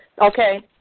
Okay